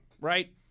right